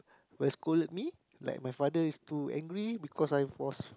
will scold me like my father is too angry because I was